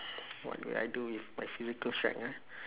what will I do with my physical strength ah